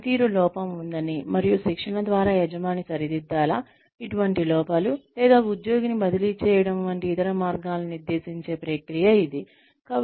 పనితీరు లోపం ఉందని మరియు శిక్షణ ద్వారా యజమాని సరిదిద్దాలా ఇటువంటి లోపాలు లేదా ఉద్యోగిని బదిలీ చేయడం వంటి ఇతర మార్గాలను నిర్ధారించే ప్రక్రియ ఇది